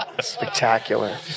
Spectacular